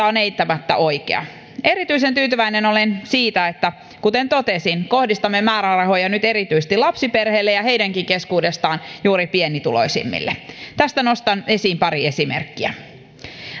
on eittämättä oikea erityisen tyytyväinen olen siitä että kuten totesin kohdistamme määrärahoja nyt erityisesti lapsiperheille ja heidänkin keskuudestaan juuri pienituloisimmille tästä nostan esiin pari esimerkkiä